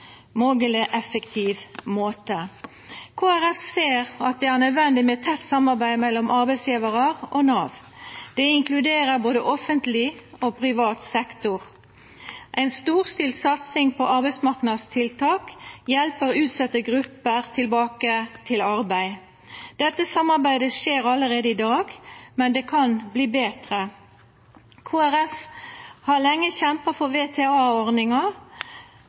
effektiv måte. Kristeleg Folkeparti ser at det er nødvendig med tett samarbeid mellom arbeidsgjevarar og Nav. Det inkluderer både offentleg og privat sektor. Ei storstilt satsing på arbeidsmarknadstiltak hjelper utsette grupper tilbake i arbeid. Dette samarbeidet skjer allereie i dag, men det kan verta betre. Kristeleg Folkeparti har lenge kjempa for